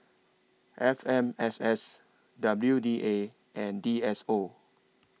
F M S S W D A and D S O